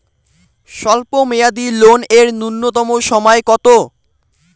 স্বল্প মেয়াদী লোন এর নূন্যতম সময় কতো?